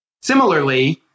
Similarly